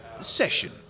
session